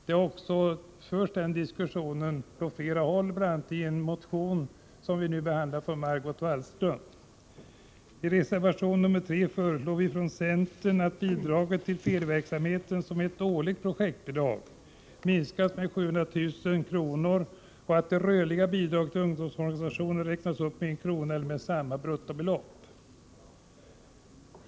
Den diskussionen har förts från flera håll, bl.a. i en motion av Margot Wallström som nu behandlas. I reservation nr 3 föreslår vi att bidraget till ferieverksamheten, som är ett årligt projektbidrag, minskas med 700 000 kr. och att det rörliga bidraget till ungdomsorganisationerna räknas upp med en krona eller samma bruttobelopp.